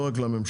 לא רק לממשלה.